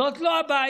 זאת לא הבעיה.